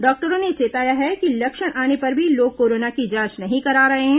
डॉक्टरों ने चेताया है कि लक्षण आने पर भी लोग कोरोना की जांच नहीं करा रहे हैं